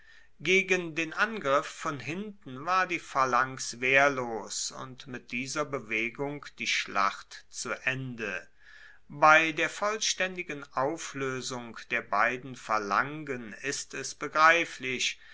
gegen den angriff von hinten war die phalanx wehrlos und mit dieser bewegung die schlacht zu ende bei der vollstaendigen aufloesung der beiden phalangen ist es begreiflich